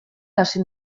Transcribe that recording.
hasi